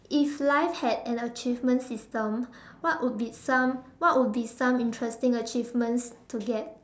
if life had an achievement system what would be some what would be some interesting achievements to get